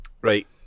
Right